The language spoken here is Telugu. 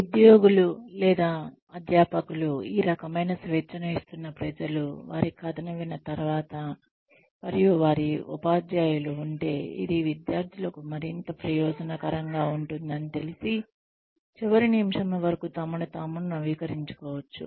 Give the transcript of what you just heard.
ఉద్యోగులు లేదా అధ్యాపకులు ఈ రకమైన స్వేచ్ఛను ఇస్తున్న ప్రజలు వారి కథను విన్న తర్వాత మరియు వారి ఉపాధ్యాయులు ఉంటే ఇది విద్యార్థులకు మరింత ప్రయోజనకరంగా ఉంటుందని తెలిసి చివరి నిమిషం వరకు తమను తాము నవీకరించుకోవచ్చు